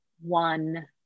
one